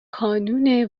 کانون